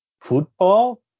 Football